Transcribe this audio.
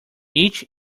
each